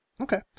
Okay